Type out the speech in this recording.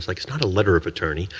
like it's not letter of attorney.